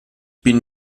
bin